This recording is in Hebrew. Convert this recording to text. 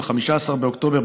ב-15 באוקטובר,